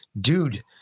dude